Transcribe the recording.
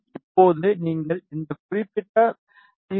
இப்போது நீங்கள் இந்த குறிப்பிட்ட பி